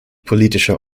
politischer